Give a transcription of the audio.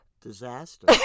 Disaster